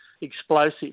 explosive